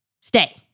stay